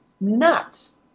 nuts